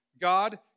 God